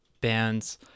bands